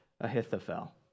Ahithophel